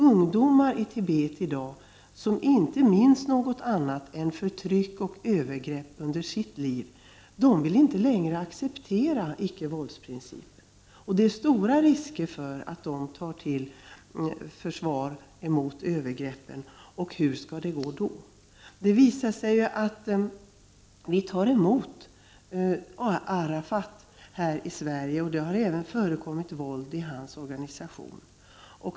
Ungdomar i Tibet, som under sitt liv inte minns något annat än förtryck och övergrepp, vill inte längre acceptera icke-våldsprincipen, och det är stora risker för att de går till försvar mot övergreppen. Hur skall det gå då? Vi tar emot Arafat här i Sverige, och det har även förekommit våld i hans organisation.